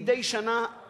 מדי שנה,